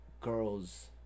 girls